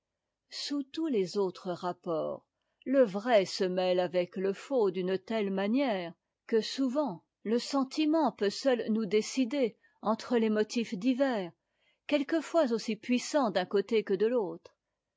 ous tous les autres rapports le vrai se mêle avec te faux d'une telle manière que souvent l'instinct peut seul nous décider entre des motifs divers quelquefois aussi puissants d'un côté que de l'autre